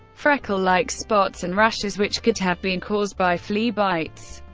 freckle-like spots and rashes, which could have been caused by flea-bites,